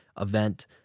event